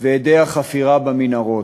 והדי החפירה במנהרות.